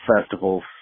festivals